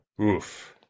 Oof